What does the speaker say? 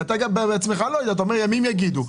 ואתה בעצמך אומר: ימים יגידו.